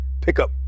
pickup